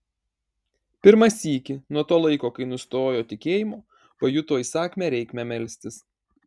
pirmą sykį nuo to laiko kai nustojo tikėjimo pajuto įsakmią reikmę melstis